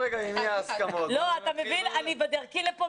אני בדרכי לפה,